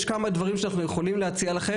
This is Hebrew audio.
יש כמה דברים שאנחנו יכולים להציע לכם,